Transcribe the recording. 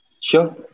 Sure